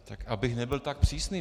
Tak abych nebyl tak přísný.